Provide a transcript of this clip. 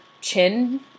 chin